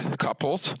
couples